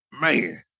Man